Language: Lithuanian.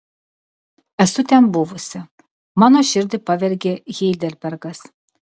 esu ten buvusi mano širdį pavergė heidelbergas